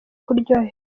kuryoherwa